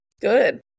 good